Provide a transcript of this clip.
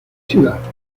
ciudad